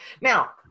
now